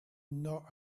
not